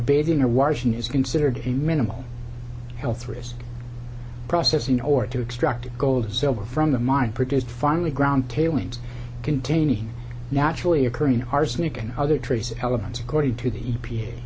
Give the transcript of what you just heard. bathing or washing is considered a minimal health risk process in order to extract gold silver from the mine produced finally ground tailings containing naturally occurring arsenic and other trace elements according to the e